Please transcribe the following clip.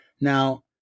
Now